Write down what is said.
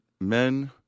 men